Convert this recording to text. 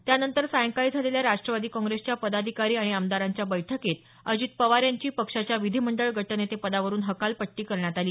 त्यानंतर सायंकाळी झालेल्या राष्ट्रवादी काँप्रेसच्या पदाधिकारी आणि आमदारांच्या बैठकीत अजित पवार यांची पक्षाच्या विधीमंडळ गटनेते पदावरुन हकालपट्टी करण्यात आली